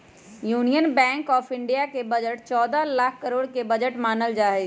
union bank of India के budget चौदह लाख करोड के बजट मानल जाहई